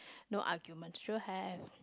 no argument sure have